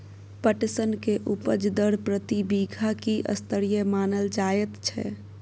पटसन के उपज दर प्रति बीघा की स्तरीय मानल जायत छै?